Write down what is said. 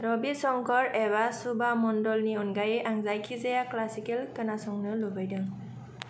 रभि शंकर एबा सुभा मन्दलनि अनगायै आं जायखिजाया क्लासिकेल खोनासंनो लुबैदों